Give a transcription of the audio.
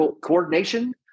coordination